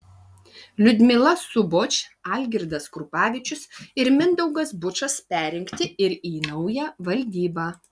liudmila suboč algirdas krupavičius ir mindaugas bučas perrinkti ir į naują valdybą